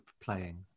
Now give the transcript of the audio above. playing